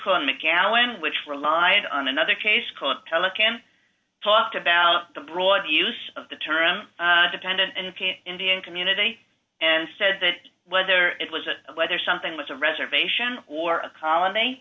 call him a gallon which relied on another case called pelican talked about the broad use of the term dependent and community and said that whether it was a whether something was a reservation or a colony